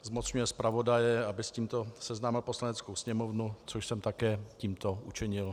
Zmocňuje zpravodaje, aby s tímto seznámil Poslaneckou sněmovnu, což jsem také tímto učinil.